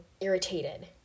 irritated